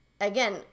again